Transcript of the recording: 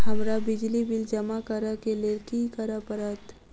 हमरा बिजली बिल जमा करऽ केँ लेल की करऽ पड़त?